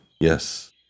Yes